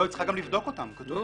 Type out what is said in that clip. לא, היא צריכה גם לבדוק אותם.